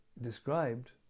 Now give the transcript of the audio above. described